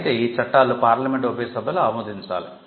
అయితే ఈ చట్టాలు పార్లమెంటు ఉభయ సభలు ఆమోదించాలి